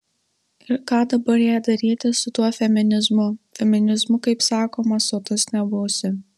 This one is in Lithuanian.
ir ką dabar jai daryti su tuo feminizmu feminizmu kaip sakoma sotus nebūsi